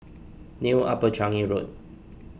New Upper Changi Road